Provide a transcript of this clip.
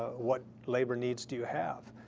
ah what labor needs do you have?